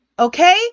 Okay